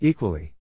Equally